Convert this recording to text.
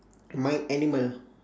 my animal